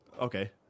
Okay